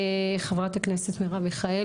חברת הכנסת מירב מיכאלי.